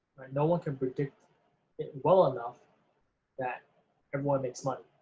no one can predict it well enough that everyone makes money.